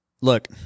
look